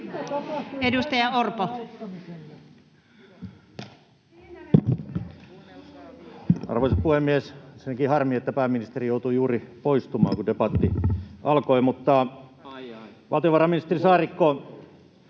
Content: Arvoisa puhemies! On ensinnäkin harmi, että pääministeri joutui juuri poistumaan, kun debatti alkoi. Mutta valtiovarainministeri Saarikko,